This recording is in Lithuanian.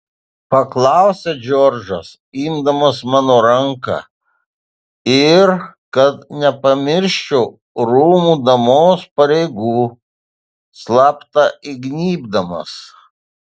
paklausė džordžas imdamas mano ranką ir kad nepamirščiau rūmų damos pareigų slapta įgnybdamas